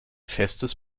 festes